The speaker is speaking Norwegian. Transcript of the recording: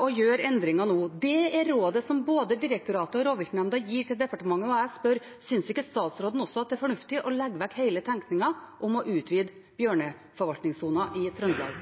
å gjøre endringer nå. Det er rådet som både direktoratet og rovviltnemnda gir til departementet, og jeg spør: Synes ikke statsråden også at det er fornuftig å legge vekk hele tenkningen om å utvide bjørneforvaltningssonen i Trøndelag?